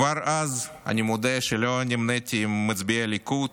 כבר אז אני מודה שלא נמניתי עם מצביעי הליכוד,